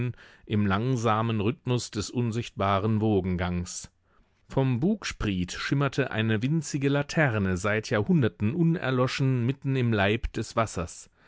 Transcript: im langsamen rhythmus des unsichtbaren wogengangs vom bugspriet schimmerte eine winzige laterne seit jahrhunderten unerloschen mitten im leib des wassers